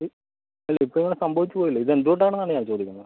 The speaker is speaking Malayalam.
അല്ല ഇപ്പോൾ ഇങ്ങനെ സംഭവിച്ച് പോയല്ലോ ഇതെന്തുകൊണ്ടാണ് എന്നാണ് ഞാൻ ചോദിക്കുന്നത്